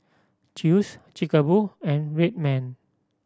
Chew's Chic a Boo and Red Man